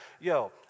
yo